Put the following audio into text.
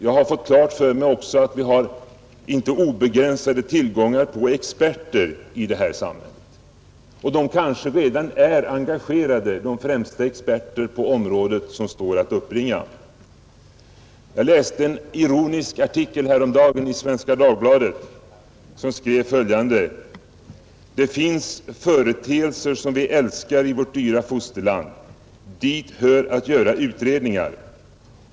Jag har fått klart för mig att vi inte har obegränsad tillgång på experter i detta samhälle och att de främsta experter som står att uppbringa på respektive områden kanske redan är engagerade. Jag läste en ironisk artikel häromdagen i Svenska Dagbladet där man skrev följande: ”Det finns företeelser som vi älskar i vårt dyra fosterland. Dit hör att göra utredningar.